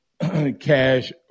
cash